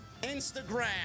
Instagram